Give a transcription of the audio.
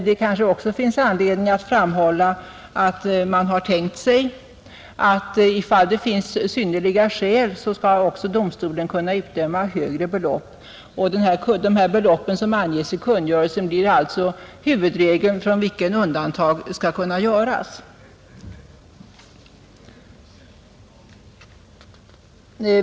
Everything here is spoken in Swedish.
Det kanske också finns anledning att framhålla att man har tänkt sig att domstolen även, om det finns synnerliga skäl, skall kunna utdöma högre belopp. De belopp som anges i kungörelsen är alltså den huvudregel från vilken undantag skall kunna göras.